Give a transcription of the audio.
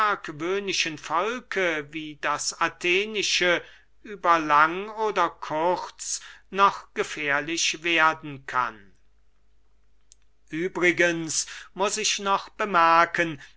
volke wie das athenische über lang oder kurz noch gefährlich werden kann christoph martin wieland übrigens muß ich noch bemerken